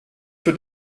für